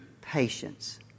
patience